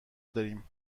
داریم